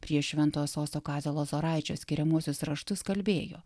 prie šventojo sosto kazio lozoraičio skiriamuosius raštus kalbėjo